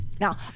now